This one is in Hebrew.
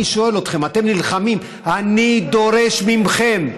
אני שואל אתכם, אתם נלחמים, אני דורש מכם,